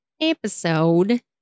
episode